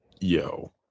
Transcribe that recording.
yo